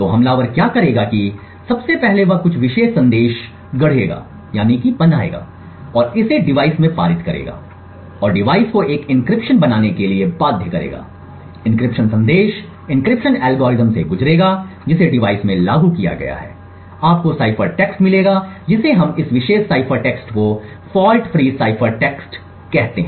तो हमलावर क्या करेगा कि सबसे पहले वह कुछ विशेष संदेश गढ़ेगा और इसे डिवाइस में पारित करेगा और डिवाइस को एक एन्क्रिप्शन बनाने के लिए बाध्य करेगा एन्क्रिप्शन संदेश एन्क्रिप्शन एल्गोरिथ्म से गुजरेगा जिसे डिवाइस में लागू किया गया है आपको साइफर टेक्स्ट मिलेगा जिसे हम इस विशेष साइफर टेक्स्ट को फॉल्ट फ्री साइफर टेक्स्ट कहते हैं